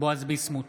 בועז ביסמוט,